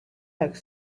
like